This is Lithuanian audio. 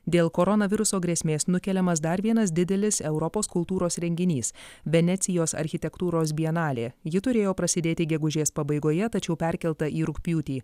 dėl koronaviruso grėsmės nukeliamas dar vienas didelis europos kultūros renginys venecijos architektūros bienalė ji turėjo prasidėti gegužės pabaigoje tačiau perkelta į rugpjūtį